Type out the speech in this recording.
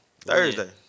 Thursday